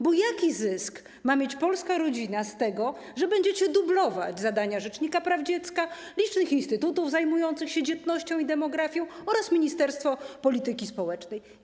Bo jaki zysk ma mieć polska rodzina z tego, że będziecie dublować zadania rzecznika praw dziecka, licznych instytutów zajmujących się dzietnością i demografią oraz ministerstwa polityki społecznej?